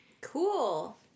Cool